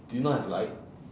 do you not have light